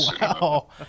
Wow